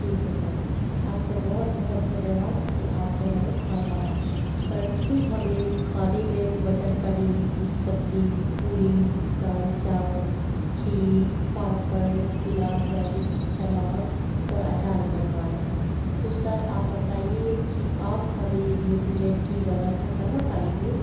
ठीक है सर आपको बहुत बहुत धन्यवाद कि आपने हमें हाँ कहा परन्तु हमें खाने में मटर पनीर की सब्ज़ी पुरी दाल चावल खीर पापड़ गुलाब जामुन सलाद और अचार बनवाना है तो सर आप बताइए कि आप हमें यह भोजन की व्यवस्था करवा पाएँगे